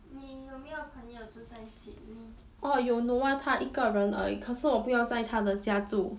你有没有朋友住在 sydney